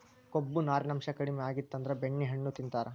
ಕೊಬ್ಬು, ನಾರಿನಾಂಶಾ ಕಡಿಮಿ ಆಗಿತ್ತಂದ್ರ ಬೆಣ್ಣೆಹಣ್ಣು ತಿಂತಾರ